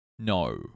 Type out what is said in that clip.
No